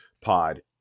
pod